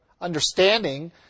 understanding